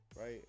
right